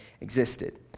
existed